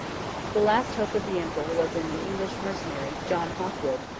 the last hope of the emperor was in an english mercenary, john hawkwood,